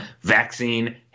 vaccine